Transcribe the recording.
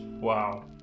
Wow